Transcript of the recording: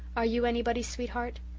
are you anybody's sweetheart?